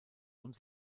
und